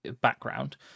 background